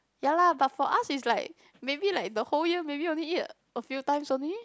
ya lah but for us is like maybe like the whole year maybe only eat a few times only